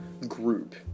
group